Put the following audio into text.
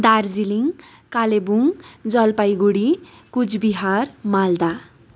Darjeeling Kalimpong Jalpaiguri Cooch Behar Malda